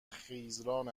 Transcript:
خیزران